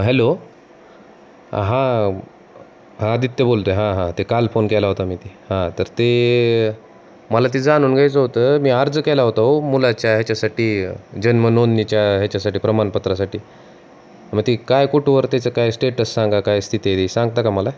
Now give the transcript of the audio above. hello हां हां आदित्य बोलतो आहे हां हां ते काल फोन केला होता मी ते हां तर ते मला ते जाणून घ्यायचं होतं मी अर्ज केला होता हो मुलाच्या ह्याच्यासाठी जन्मनोंदणीच्या ह्याच्यासाठी प्रमाणपत्रासाठी मग ती काय कुठवर त्याचं काय स्टेटस सांगा काय स्थिती आहे ती सांगता का मला